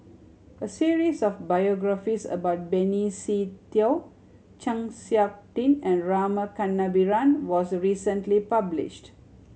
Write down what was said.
a series of biographies about Benny Se Teo Chng Seok Tin and Rama Kannabiran was recently published